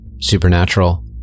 supernatural